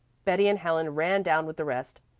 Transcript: betty and helen ran down with the rest.